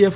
F